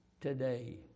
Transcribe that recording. today